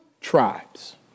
tribes